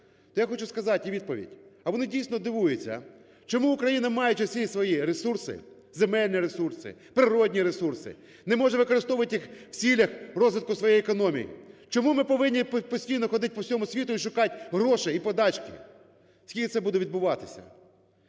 то я хочу сказати у відповідь, а вони, дійсно, дивуються, чому Україна, маючи всі свої ресурси, земельні ресурси, природні ресурси, не може використовувати їх у цілях розвитку своєї економіки. Чому ми повинні постійно ходить по всьому світу і шукати гроші і подачки? Скільки це буде відбуватися?